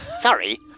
Sorry